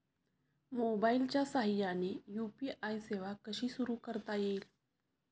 मोबाईलच्या साहाय्याने यू.पी.आय सेवा कशी सुरू करता येईल?